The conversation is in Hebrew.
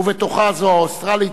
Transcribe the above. ובתוכה זו האוסטרלית,